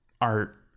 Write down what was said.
art